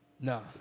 No